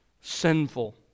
sinful